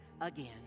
again